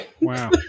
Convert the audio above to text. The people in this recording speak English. Wow